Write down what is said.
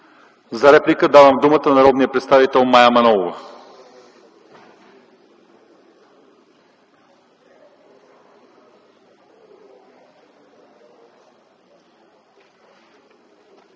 За реплика давам думата на народния представител Мая Манолова.